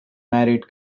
married